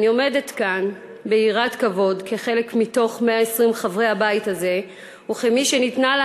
אני עומדת כאן ביראת כבוד כחלק מ-120 חברי הבית הזה וכמי שניתנה לה